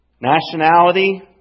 nationality